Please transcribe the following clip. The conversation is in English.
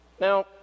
Now